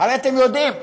הרי אתם יודעים,